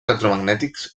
electromagnètics